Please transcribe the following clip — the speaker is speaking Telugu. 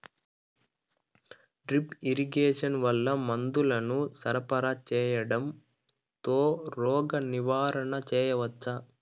డ్రిప్ ఇరిగేషన్ వల్ల మందులను సరఫరా సేయడం తో రోగ నివారణ చేయవచ్చా?